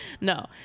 No